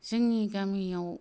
जोंनि गामियाव